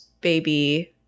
Baby –